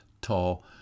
tall